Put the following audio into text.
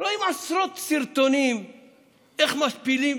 רואים עשרות סרטונים איך משפילים